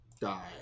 die